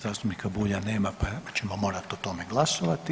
Zastupnika Bulja nema pa ćemo morati o tome glasovati.